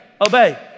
obey